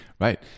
Right